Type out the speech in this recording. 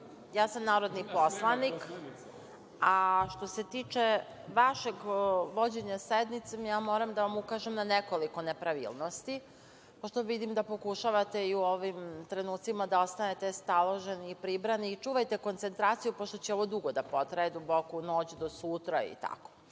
ja sam narodni poslanik. Što se tiče vašeg vođenja sednice moram da vam ukažem na nekoliko nepravilnosti, pošto vidim da pokušavate i u ovim trenucima da ostanete staloženi i pribrani i čuvajte koncentraciju pošto će ovo dugo da potraje, do duboko u noć, do sutra i